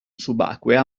subacquea